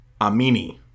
Amini